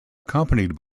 accompanied